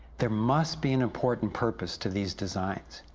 there must be an important purpose to these designs.